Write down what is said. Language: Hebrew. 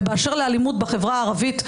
ובאשר לאלימות בחברה הערבית,